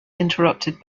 interrupted